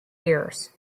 years